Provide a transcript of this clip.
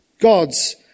God's